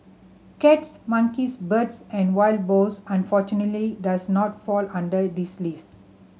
cats monkeys birds and wild boars unfortunately does not fall under this list